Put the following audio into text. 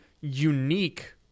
unique